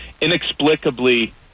inexplicably